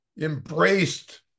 embraced